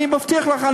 אני מבטיח לך,